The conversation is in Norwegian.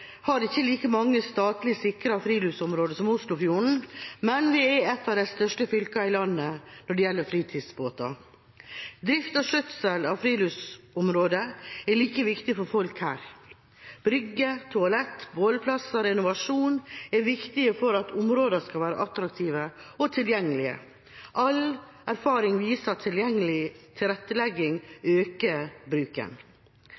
har ikke like mange statlig sikrede friluftsområder som Oslofjorden, men vi er et av de største fylkene i landet når det gjelder fritidsbåter. Drift og skjøtsel av friluftsområder er like viktig for folk her. Brygger, toalett, bålplasser og renovasjon er viktig for at områdene skal være attraktive og tilgjengelige. All erfaring viser at